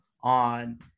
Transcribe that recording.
on